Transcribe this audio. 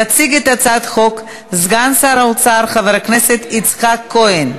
יציג את הצעת החוק סגן שר האוצר חבר הכנסת יצחק כהן.